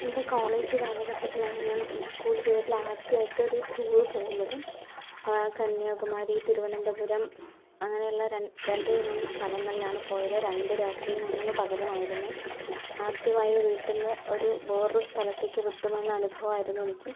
എൻ്റെ കോളേജ് കാലഘട്ടത്തിലാണ് ഞാൻ സ്കൂൾ ജീവിതത്തിൽ ആദ്യമായിട്ട് ഒരു ടൂർ പോകുന്നത് കന്യാകുമാരി തിരുവനന്തപുരം അങ്ങനെയുള്ള ര രണ്ടു മൂന്നു സ്ഥലങ്ങളിലാണ് പോയത് രണ്ടു രാത്രിയും മൂന്നു പകലും ആയിരുന്നു ആദ്യമായി വീട്ടിൽനിന്ന് ഒരു വേറൊരു സ്ഥലത്തേക്ക് വിട്ടു നിന്ന അനുഭവമായിരുന്നു എനിക്ക്